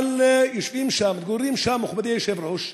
אבל יושבים שם, מתגוררים שם, מכובדי היושב-ראש,